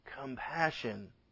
compassion